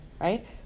right